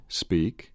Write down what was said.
speak